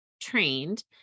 trained